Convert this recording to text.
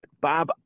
bob